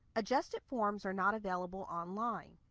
adjusted forms are not available online.